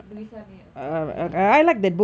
louisa may alcott ya